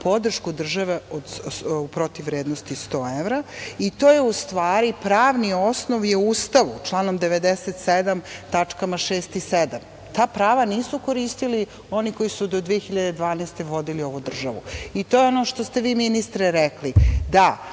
podršku države u protivrednosti od 100 evra. To je u stvari pravni osnov je u Ustavu, članom 97. tačkama 6. i 7. Ta prava nisu koristili oni koji su do 2012. godine vodili ovu državu. To je ono što ste vi ministre rekli, da